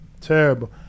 Terrible